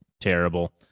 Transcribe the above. terrible